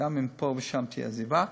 גם אם פה ושם תהיה עזיבה,